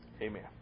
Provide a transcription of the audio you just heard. amen